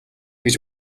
гэж